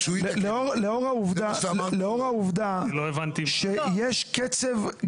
זה משהו שקרה לפני חמש דקות.